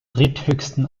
dritthöchsten